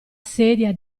sedia